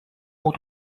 aux